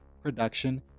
production